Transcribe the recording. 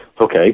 Okay